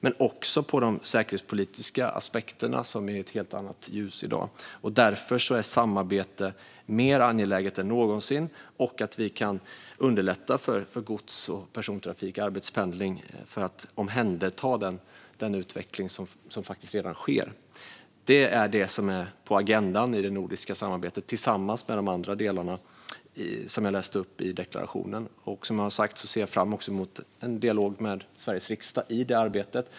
Men vi kunde också peka på de säkerhetspolitiska aspekterna, som är i ett helt annat ljus i dag. Därför är samarbete mer angeläget än någonsin. Det är också angeläget att vi kan underlätta för gods och persontrafik och arbetspendling för att omhänderta den utveckling som faktiskt redan sker. Det är detta som är på agendan i det nordiska samarbetet, tillsammans med de andra delar som jag läste upp i deklarationen. Som jag har sagt ser jag också fram emot en dialog med Sveriges riksdag i det arbetet.